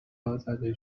ازاده